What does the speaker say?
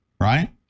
right